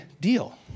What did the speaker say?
deal